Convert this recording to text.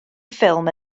ffilm